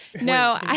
No